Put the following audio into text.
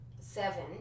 seven